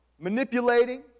manipulating